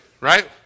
right